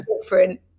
different